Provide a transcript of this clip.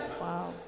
Wow